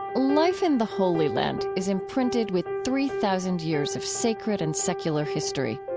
life in the holy land is imprinted with three thousand years of sacred and secular history.